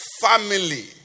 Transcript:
family